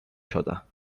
شدم